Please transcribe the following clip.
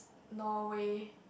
Norway